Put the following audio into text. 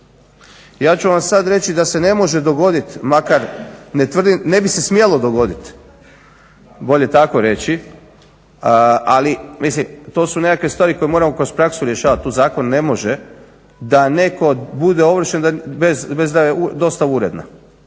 Ja ću vam sada reći da se ne može dogoditi makar ne tvrdim, ne bi se smjelo dogoditi bolje tako reći, ali to su neke stvari koje kroz praksu moramo rješavati, tu zakon ne može da neko bude ovršen bez da je dostava uredna.